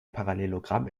parallelogramm